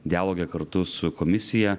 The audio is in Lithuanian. dialoge kartu su komisija